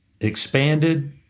expanded